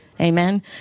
Amen